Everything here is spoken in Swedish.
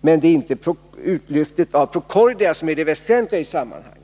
Men det är inte själva utlyftningen av Procordia som är det väsentliga i sammanhanget.